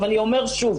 אני אומר שוב.